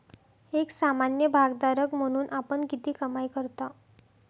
एक सामान्य भागधारक म्हणून आपण किती कमाई करता?